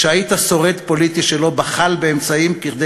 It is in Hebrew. שהיית שורד פוליטי שלא בחל באמצעים כדי